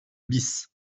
bis